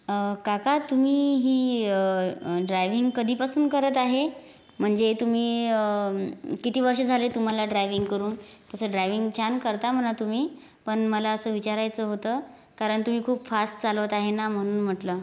काका तुम्ही ही ड्रायव्हिंग कधीपासून करत आहे म्हणजे तुम्ही किती वर्ष झाले तुम्हाला ड्रायव्हिंग करून तसं ड्रायव्हिंग छान करता म्हणा तुम्ही पण मला असं विचारायचं होतं कारण तुम्ही खूप फास्ट चालवत आहे ना म्हणून म्हटलं